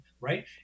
right